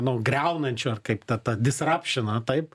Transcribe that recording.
nu griaunančio ar kaip ta ta disrapšino taip